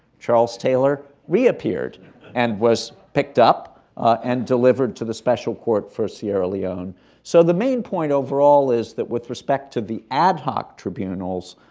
charles taylor reappeared and was picked up and delivered to the special court for sierra leone. so the main point overall is that with respect to the ad hoc tribunals,